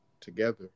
together